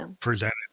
present